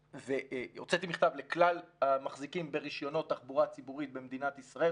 הוצאתי מכתב לכלל המחזיקים ברישיונות תחבורה ציבורית במדינת ישראל,